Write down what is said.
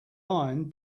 iron